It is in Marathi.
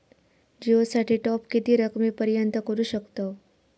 जिओ साठी टॉप किती रकमेपर्यंत करू शकतव?